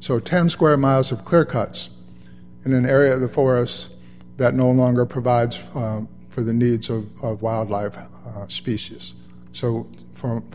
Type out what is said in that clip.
so ten square miles of clear cuts in an area that for us that no longer provides food for the needs of wildlife species so far from